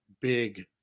big